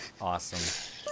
awesome